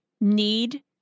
need